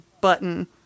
button